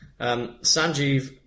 Sanjeev